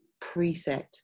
preset